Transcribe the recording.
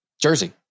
jersey